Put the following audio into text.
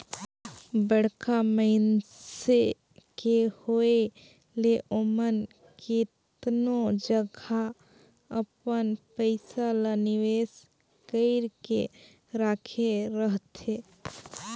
बड़खा मइनसे के होए ले ओमन केतनो जगहा अपन पइसा ल निवेस कइर के राखे रहथें